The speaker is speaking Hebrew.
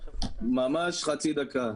ממש חצי דקה.